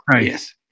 yes